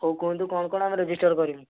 ହଉ କୁହନ୍ତୁ କ'ଣ କ'ଣ ଆମେ ରେଜିଷ୍ଟର କରିମି